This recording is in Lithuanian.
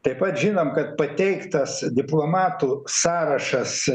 taip pat žinom kad pateiktas diplomatų sąrašas